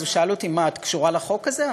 אז הוא שאל אותי: מה, את קשורה לחוק הזה?